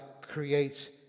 creates